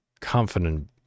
confident